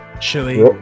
Chili